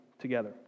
together